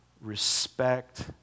respect